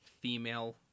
female